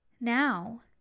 Now